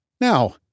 Now